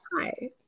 hi